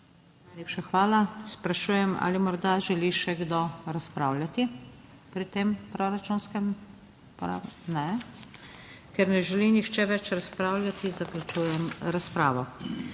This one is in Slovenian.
Najlepša hvala. Sprašujem ali morda želi še kdo razpravljati pri tem proračunskem…? (Ne.) Ker ne želi nihče več razpravljati zaključujem razpravo.